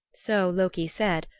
so loki said,